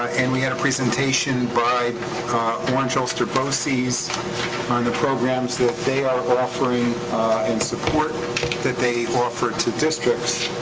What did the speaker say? and we had a presentation by orange-ulster boces on the programs that they are offering and support that they offer to districts.